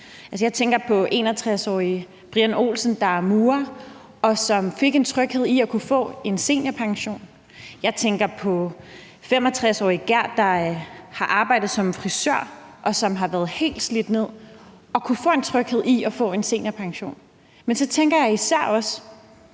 jeg tænker på 61-årige Brian Olsen, der er murer og fik en tryghed i at kunne få en seniorpension; jeg tænker på 65-årige Gert, der har arbejdet som frisør, og som var helt slidt ned og kunne få en tryghed i at få en seniorpension; og så tænker jeg især også